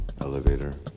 elevator